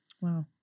Wow